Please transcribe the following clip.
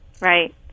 right